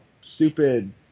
stupid